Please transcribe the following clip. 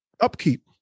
upkeep